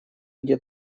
где